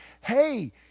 hey